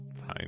Fine